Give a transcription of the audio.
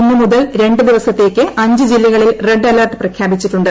ഇന്ന് മുതൽ രണ്ട് ദിവസത്തേക്ക് അഞ്ച് ജില്ലകളിൽ റെഡ് അലർട്ട് പ്രഖ്യാപിച്ചിട്ടുണ്ട്